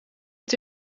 het